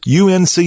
UNC